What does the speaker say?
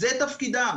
זה תפקידם,